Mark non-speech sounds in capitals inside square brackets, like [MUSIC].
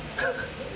[COUGHS]